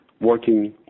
Working